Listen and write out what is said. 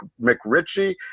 McRitchie